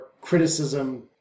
criticism